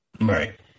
Right